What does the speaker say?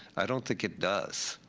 i don't think it does.